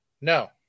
No